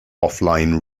offline